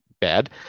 bad